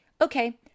okay